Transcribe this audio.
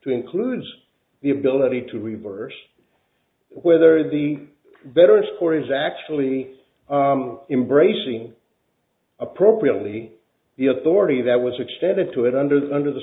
to includes the ability to reverse whether the better score is actually embracing appropriately the authority that was extended to it under the under the